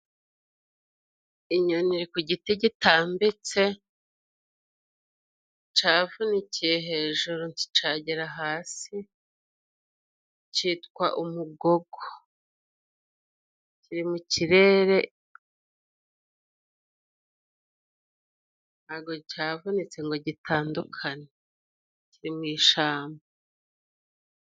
Inyoni iri ku giti gitambitse cavunikiye hejuru nticagera hasi citwa umugogo kiri mu kirere ntago cyavunitse ngo gitandukane kiri mu ishamba.